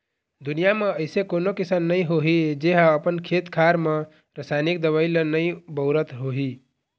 दुनिया म अइसे कोनो किसान नइ होही जेहा अपन खेत खार म रसाइनिक दवई ल नइ बउरत होही